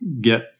get